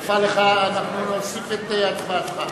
נפל, נפל לך, אנחנו נוסיף את הצבעתך.